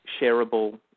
shareable